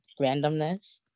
randomness